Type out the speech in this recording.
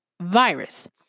virus